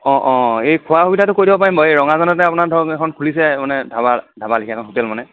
অঁ অঁ এই খোৱা সুবিধাটো কৰি দিব পাৰিম বাৰু এই ৰঙাজানতে আপোনাৰ ধৰক এখন খুলিছে মানে ধাবা ধাবা লেখিয়া এখন হোটেল মানে